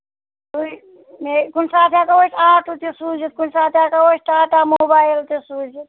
سُے یہِ کُنہِ ساتہٕ اگرے أسۍ آٹوٗ تہِ سوٗزِتھ کُنہِ ساتہٕ ہیٚکَو أسۍ ٹاٹا موبِایِل تہِ سوٗزِتھ